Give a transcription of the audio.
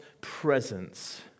presence